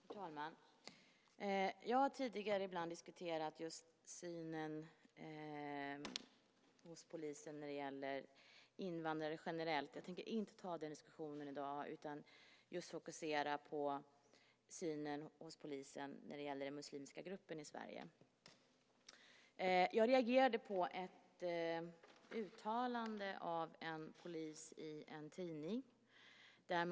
Herr talman! Jag har tidigare ibland diskuterat just polisens syn när det gäller invandrare generellt. Jag tänker inte ta den diskussionen i dag utan fokusera på polisens syn när det gäller den muslimska gruppen i Sverige. Jag reagerade på ett uttalande i en tidning av en polis.